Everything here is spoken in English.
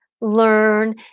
learn